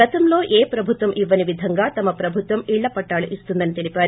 గతంలో ఏ ప్రభుత్వం ఇవ్వని విధంగా తమ ఇళ్ల పట్టాలు ఇస్తుందని తెలిపారు